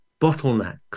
bottlenecks